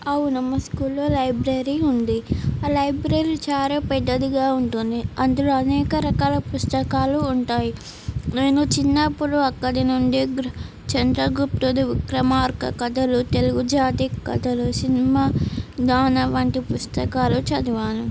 అవును అమ్మ స్కూల్లో లైబ్రరీ ఉంది ఆ లైబ్రరీ చాలా పెద్దదిగా ఉంటుంది అందులో అనేక రకాల పుస్తకాలు ఉంటాయి నేను చిన్నప్పుడు అక్కడి నుండి గ చంద్రగుప్తవిక్రమార్క కథలు తెలుగు జాతి కథలు సినిమా గానం వంటి పుస్తకాలు చదివాను